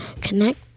connect